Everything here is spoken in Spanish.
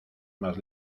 más